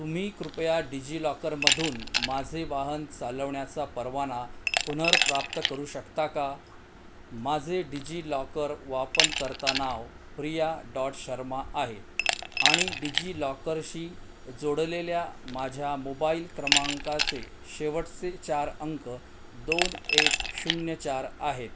तुम्ही कृपया डिजिलॉकरमधून माझे वाहन चालवण्याचा परवाना पुनर्प्राप्त करू शकता का माझे डिजिलॉकर वापरकर्ता नाव प्रिया डॉट शर्मा आहे आणि डिजिलॉकरशी जोडलेल्या माझ्या मोबाईल क्रमांकाचे शेवटचे चार अंक दोन एक शून्य चार आहेत